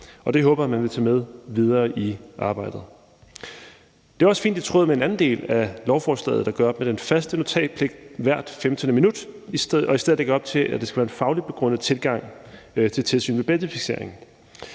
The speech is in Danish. Det håber jeg at man vil tage med videre i arbejdet. Det er også fint i tråd med en anden del af lovforslaget, der gør op med den faste notatpligt hvert 15. minut og i stedet lægger op til, at der skal være en fagligt begrundet tilgang til tilsynet med bæltefiksering.